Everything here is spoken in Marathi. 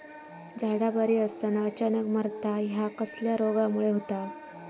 झाडा बरी असताना अचानक मरता हया कसल्या रोगामुळे होता?